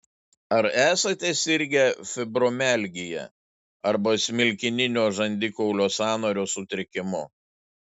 ar esate sirgę fibromialgija arba smilkininio žandikaulio sąnario sutrikimu